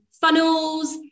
funnels